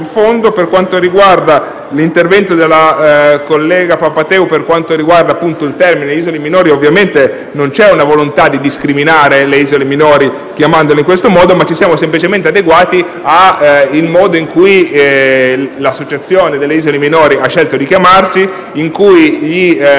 l'intervento della senatrice Papatheu, sul termine «isole minori», ovviamente non c'è una volontà di discriminare le isole minori chiamandole in questo modo, ma ci siamo semplicemente adeguati al modo in cui l'Associazione delle isole minori ha scelto di chiamarsi, al modo in cui i vari atti normativi